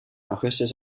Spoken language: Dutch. augustus